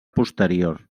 posterior